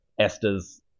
Esther's